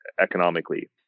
economically